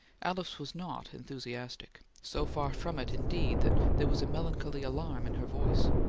alice was not enthusiastic so far from it, indeed, that there was a melancholy alarm in her voice.